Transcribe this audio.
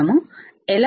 మనము ఎలా